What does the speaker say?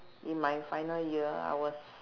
in my final year I was